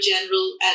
general